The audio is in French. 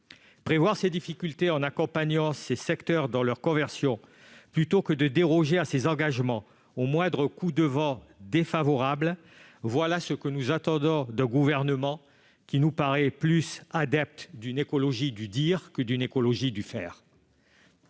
Prévoir ces difficultés en accompagnant ces secteurs dans leur conversion plutôt que de déroger à ces engagements au moindre coup de vent défavorable est ce que nous attendons d'un gouvernement qui nous paraît plus adepte d'une écologie du dire que d'une écologie du faire.